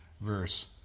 verse